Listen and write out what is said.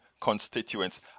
constituents